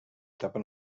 etapa